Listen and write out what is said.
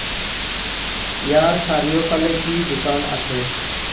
ইয়াৰ চাৰিওফালে কি দোকান আছে